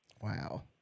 Wow